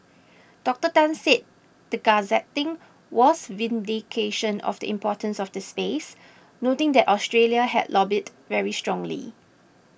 Doctor Tan said the gazetting was vindication of the importance of the space noting that Australia had lobbied very strongly